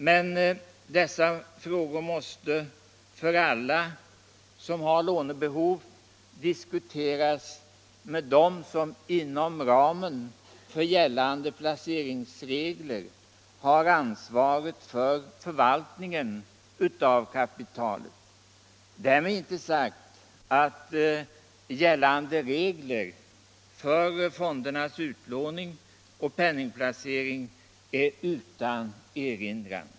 Men dessa frågor måste för alla som har lånebehov diskuteras med dem som inom ramen för gällande placeringsregler har ansvaret för förvaltningen av kapitalet. Därmed är inte sagt att gällande regler för fondernas utlåning och penningplacering är utan erinran.